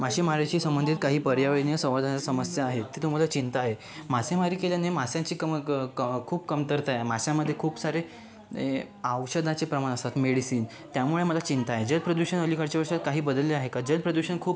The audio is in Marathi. मासेमारीशी संबंधित काही पर्यावरणीय संवर्धन समस्या आहेत तुम्हांला चिंता आहे मासेमारी केल्याने माशांची कम कम खूप कमतरता आहे माशांमध्ये खूप सारे औषधांचे प्रमाण असतात मेडिसिन त्यामुळे मला चिंता आहे जलप्रदूषण अलीकडच्या दिवसांत काही बदलले आहे का जलप्रदूषण खूप होतंय